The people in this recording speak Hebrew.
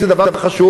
זה דבר חשוב,